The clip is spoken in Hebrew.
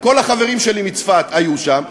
כל החברים שלי מצפת היו שם,